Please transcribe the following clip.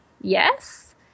yes